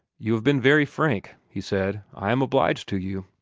you have been very frank, he said. i am obliged to you.